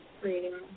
reading